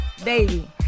Baby